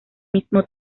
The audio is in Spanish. mismo